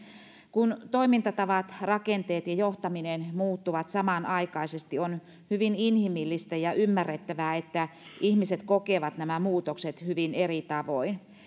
kun toimintatavat rakenteet ja johtaminen muuttuvat samanaikaisesti on hyvin inhimillistä ja ymmärrettävää että ihmiset kokevat nämä muutokset hyvin eri tavoin